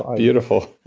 ah beautiful.